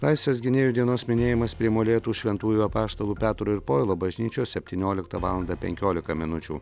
laisvės gynėjų dienos minėjimas prie molėtų šventųjų apaštalų petro ir povilo bažnyčios septynioliktą valandą penkiolika minučių